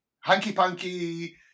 hanky-panky